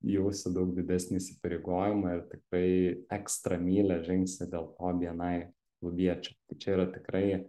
jausi daug didesnį įsipareigojimą ir tikrai ekstra mylia žengsi dėl to bni klubiečio čia yra tikrai